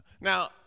Now